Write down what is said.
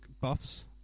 buffs